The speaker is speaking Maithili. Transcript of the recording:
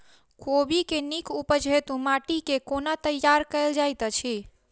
कोबी केँ नीक उपज हेतु माटि केँ कोना तैयार कएल जाइत अछि?